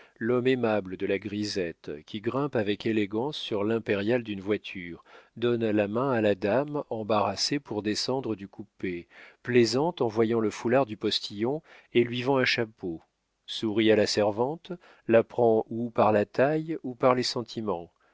l'homme aimable de la grisette qui grimpe avec élégance sur l'impériale d'une voiture donne la main à la dame embarrassée pour descendre du coupé plaisante en voyant le foulard du postillon et lui vend un chapeau sourit à la servante la prend ou par la taille ou par les sentiments